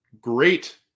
Great